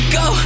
go